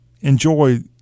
enjoy